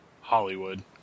Hollywood